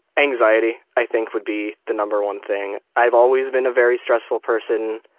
anxiety, i think would be the number one thing. i've always been a very stressful person,